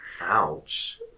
Ouch